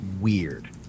weird